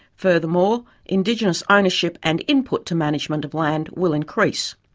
furthermore, indigenous ownership and input to management of land will increase.